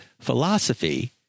philosophy